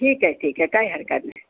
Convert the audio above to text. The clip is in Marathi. ठीक आहे ठीक आहे काय हरकत ना